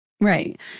Right